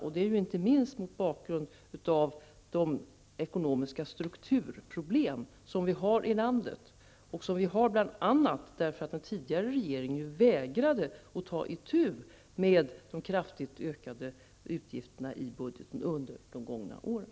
Detta är nödvändigt inte minst mot bakgrund av de ekonomiska strukturproblem som vi har i landet. Dessa problem har vi bl.a. därför att den tidigare regeringen vägrade att ta itu med de kratfigt ökade utgifterna i budgetarna under de gångna åren.